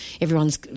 everyone's